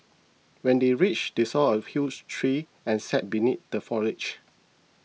when they reached they saw a huge tree and sat beneath the foliage